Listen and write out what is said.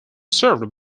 served